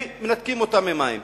ומנתקים אותם מהמים,